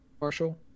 Marshall